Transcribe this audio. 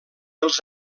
els